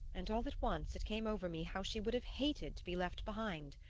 and all at once it came over me how she would have hated to be left behind!